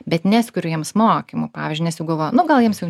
bet neskiriu jiems mokymų pavyzdžiui nes jau galvoju nu gal jiems jau